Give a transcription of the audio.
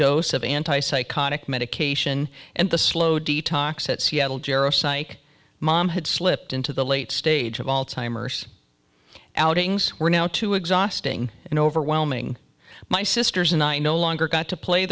dose of anti psychotic medication and the slow detox at seattle gero psych mom had slipped into the late stage of alzheimers outings were now too exhausting and overwhelming my sisters and i no longer got to play